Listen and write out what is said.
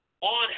on